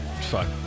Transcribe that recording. Fuck